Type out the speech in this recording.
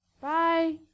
Bye